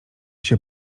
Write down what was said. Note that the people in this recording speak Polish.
się